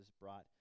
brought